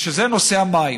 וזה נושא המים.